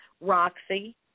Roxy